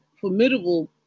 formidable